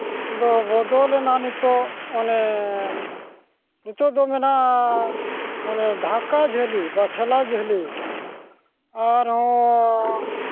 ᱫᱚ ᱵᱚᱫᱚᱞᱮᱱᱟ ᱱᱤᱛᱳᱜ ᱚᱱᱮ ᱱᱤᱛᱳᱜ ᱫᱚ ᱢᱮᱱᱟᱜᱼᱟ ᱚᱱᱮ ᱰᱷᱟᱠᱟ ᱡᱷᱟᱹᱞᱤ ᱵᱟ ᱴᱷᱮᱞᱟᱣ ᱡᱷᱟᱹᱞᱤ ᱟᱨᱦᱚᱸ